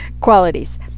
qualities